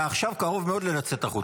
אתה עכשיו קרוב מאוד ללצאת החוצה.